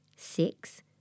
Six